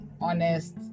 honest